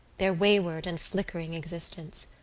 their wayward and flickering existence.